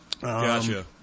gotcha